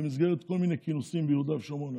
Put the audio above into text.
במסגרת כל מיני כינוסים ביהודה ושומרון,